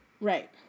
right